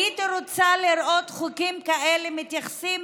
הייתי רוצה לראות חוקים כאלה שמתייחסים